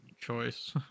choice